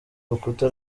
rukuta